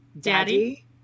Daddy